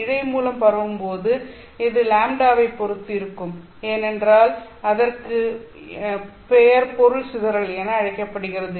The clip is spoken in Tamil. இழை மூலம் பரவும்போது எது λ வை பொறுத்து இருக்கும் என்றால் அதற்குப் பெயர் பொருள் சிதறல் என அழைக்கப்படுகிறது